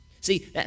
See